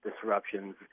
disruptions